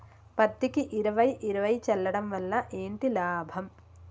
పత్తికి ఇరవై ఇరవై చల్లడం వల్ల ఏంటి లాభం?